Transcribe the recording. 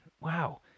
wow